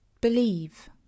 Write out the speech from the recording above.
Believe